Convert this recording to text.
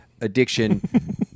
addiction